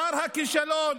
שר הכישלון,